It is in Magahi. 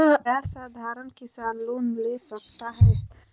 क्या साधरण किसान लोन ले सकता है?